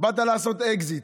באת לעשות אקזיט.